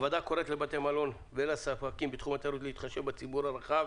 הוועדה קוראת לבתי המלון ולספקים בתחום התיירות להתחשב בציבור הרחב